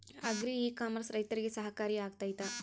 Agri e commerce ರೈತರಿಗೆ ಸಹಕಾರಿ ಆಗ್ತೈತಾ?